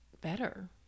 better